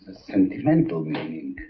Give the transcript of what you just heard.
sentimental meaning.